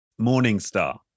Morningstar